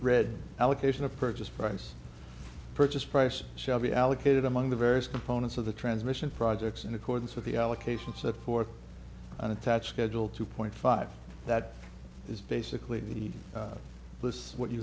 read allocation of purchase price purchase price shall be allocated among the various components of the transmission projects in accordance with the allocation set forth and attach schedule two point five that is basically that he lists what you